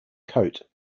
cote